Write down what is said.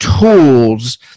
tools